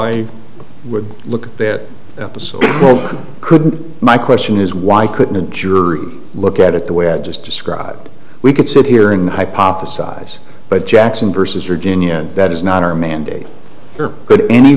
i would look at that episode couldn't my question is why couldn't a jury look at it the way i just described we could sit here and hypothesize but jackson versus your genius that is not our mandate for good any